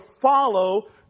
follow